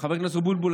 לפני המאגר,